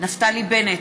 נפתלי בנט,